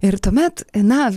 ir tuomet na